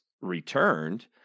returned